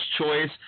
choice